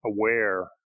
aware